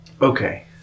okay